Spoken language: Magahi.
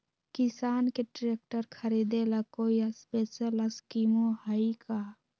किसान के ट्रैक्टर खरीदे ला कोई स्पेशल स्कीमो हइ का?